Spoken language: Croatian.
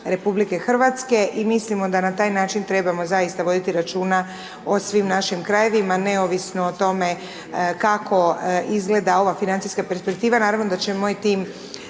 dijelovima RH i mislim o da na taj način trebamo zaista voditi računa o svim našim krajevima, neovisno o tome, kako izgleda ova financijska perspektiva, naravno da će moj tim